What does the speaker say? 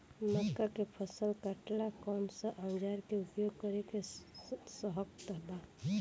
मक्का के फसल कटेला कौन सा औजार के उपयोग हो सकत बा?